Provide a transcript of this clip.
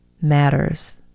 matters